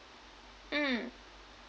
mm